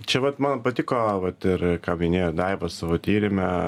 čia vat man patiko vat ir ką minėjo daiva savo tyrime